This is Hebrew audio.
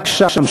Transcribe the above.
רק שם.